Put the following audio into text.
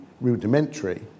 rudimentary